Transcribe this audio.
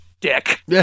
dick